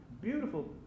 beautiful